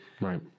right